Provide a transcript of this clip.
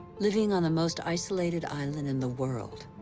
living on the most isolated island in the world,